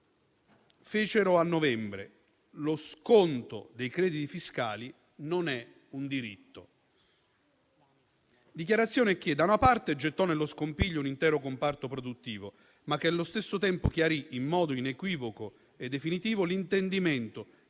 dissero che la cessione dei crediti fiscali non era un diritto. Tale dichiarazione, da una parte, gettò nello scompiglio un intero comparto produttivo, ma, allo stesso tempo, chiarì in modo inequivoco e definitivo l'intendimento